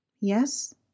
Yes